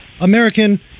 American